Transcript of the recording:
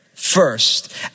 First